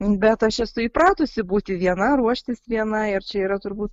bet aš esu įpratusi būti viena ruoštis viena ir čia yra turbūt